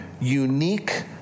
unique